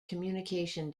communication